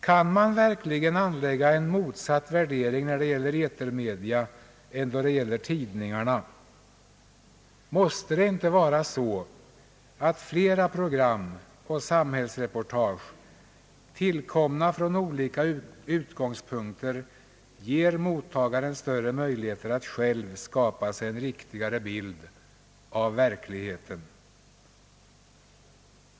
Kan man verkligen anlägga en motsatt värdering när det gäller etermedia än när det gäller tidningarna? Måste det inte vara så att flera program och samhällsreportage — tillkomna från olika utgångspunkter — ger mottagaren större möjligheter att själv skapa sig en riktigare bild av verkligheten?